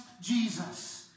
Jesus